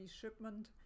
shipment